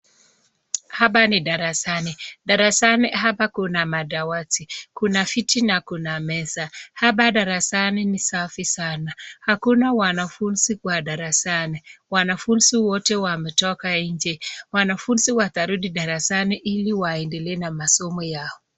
Hapa ni darasani, darasani hapa kuna madawadi kuna viti na kuna meza, hapa darasani ni safi sana hakuna wanafunzi kwa darasani , wanafunzi wote wametoka njee , wanafunzi watarudi darasani hili waendele na masomo yao.